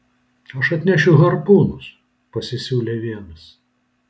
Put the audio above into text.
aš atnešiu harpūnus pasisiūlė vienas